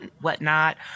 whatnot